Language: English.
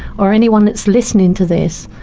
or anyone that is listening to this,